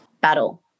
battle